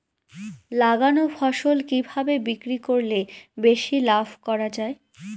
লাগানো ফসল কিভাবে বিক্রি করলে বেশি লাভ করা যায়?